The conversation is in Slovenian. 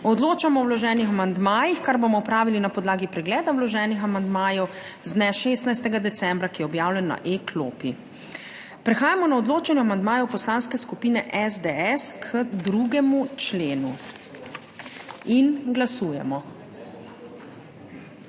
Odločamo o vloženih amandmajih, kar bomo opravili na podlagi pregleda vloženih amandmajev z dne 16. decembra, ki je objavljen na e-klopi. Prehajamo na odločanje o amandmaju Poslanske skupine SDS k 2. členu. Glasujemo.